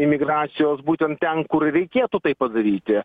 imigracijos būtent ten kur reikėtų tai padaryti